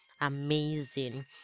Amazing